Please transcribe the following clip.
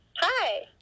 Hi